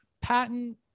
Patent